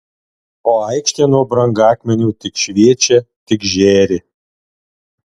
o aikštė nuo brangakmenių tik šviečia tik žėri